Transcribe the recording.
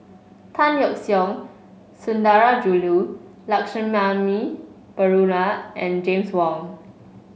Tan Yeok Seong Sundarajulu Lakshmana Perumal and James Wong